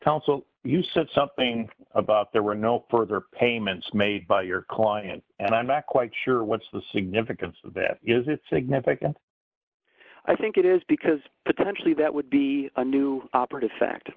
counsel you said something about there were no further payments made by your client and i'm not quite sure what's the significance of that is it significant i think it is because potentially that would be a new operative fact